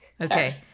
Okay